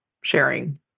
sharing